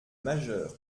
majeur